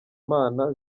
mana